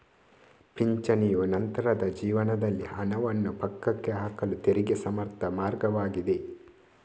ಪಿಂಚಣಿಯು ನಂತರದ ಜೀವನದಲ್ಲಿ ಹಣವನ್ನು ಪಕ್ಕಕ್ಕೆ ಹಾಕಲು ತೆರಿಗೆ ಸಮರ್ಥ ಮಾರ್ಗವಾಗಿದೆ